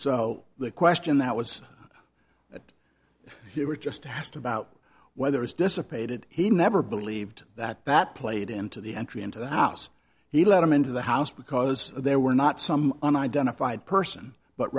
so the question that was so you were just asked about whether it's dissipated he never believed that that played into the entry into the house he let him into the house because there were not some on identified person but